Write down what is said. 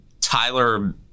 Tyler